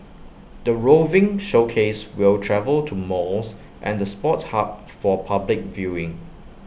the roving showcase will travel to malls and the sports hub for public viewing